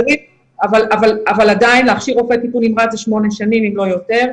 אבל עדיין להכשיר רופא טיפול נמרץ זה שמונה שנים אם לא יותר.